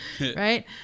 Right